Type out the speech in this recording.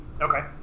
Okay